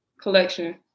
collection